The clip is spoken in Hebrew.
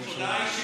לא אמרתי.